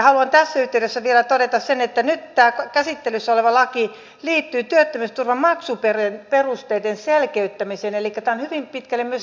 haluan tässä yhteydessä vielä todeta sen että nyt tämä käsittelyssä oleva laki liittyy työttömyysturvan maksuperusteiden selkeyttämiseen elikkä tämä on hyvin pitkälle myös tekninen